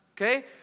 okay